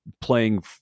playing